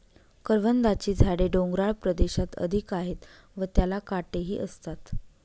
करवंदाची झाडे डोंगराळ प्रदेशात अधिक आहेत व त्याला काटेही असतात